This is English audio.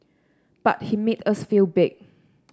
but he made us feel big